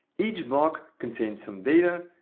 each block contains some data,